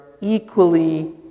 equally